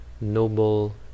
noble